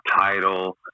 title